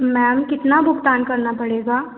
ma'am कितना भुगतान करना पड़ेगा